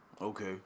Okay